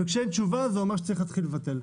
כשאין תשובה, זה אומר שצריך לבטל.